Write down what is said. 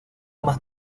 más